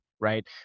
Right